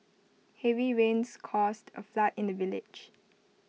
heavy rains caused A flood in the village